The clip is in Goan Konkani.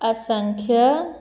असंख्य